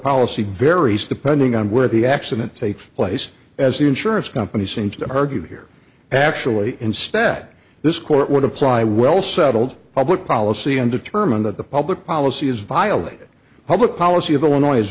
policy varies depending on where the accident takes place as the insurance companies seem to argue here actually instead this court would apply well settled public policy and determine that the public policy is violated public policy of illinois